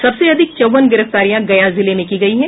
सबसे अधिक चौवन गिरफ्तारियां गया जिले में की गयी है